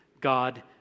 God